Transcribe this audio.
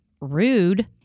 Rude